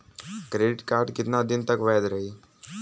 Credit card कितना दिन तक वैध रही?